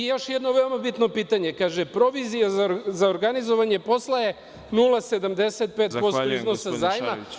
Još jedno veoma bitno pitanje, kaže – provizija za organizovanje posla je 0,75% iznosa zajma.